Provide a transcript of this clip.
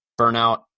burnout